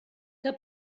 que